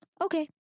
okay